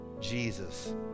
Jesus